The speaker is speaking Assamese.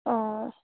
অ'